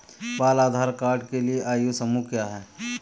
बाल आधार कार्ड के लिए आयु समूह क्या है?